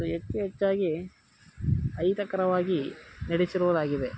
ಮತ್ತು ಹೆಚ್ಚು ಹೆಚ್ಚಾಗಿ ಅಹಿತಕರವಾಗಿ ನಡೆಸಿರುವುದಾಗಿದೆ